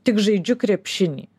tik žaidžiu krepšinį